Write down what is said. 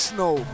Snow